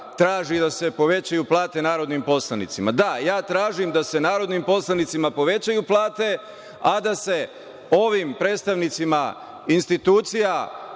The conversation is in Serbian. da se povećaju plate narodnim poslanicima. Da, ja tražim da se narodnim poslanicima povećaju plate, a da se ovim predstavnicima institucija